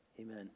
amen